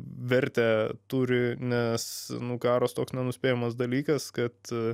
vertę turi nes nu karas toks nenuspėjamas dalykas kad